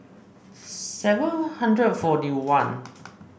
seven hundred forty one